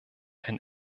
ein